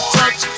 touch